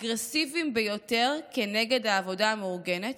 האגרסיביים ביותר כנגד העבודה המאורגנת.